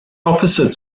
opposite